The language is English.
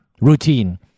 routine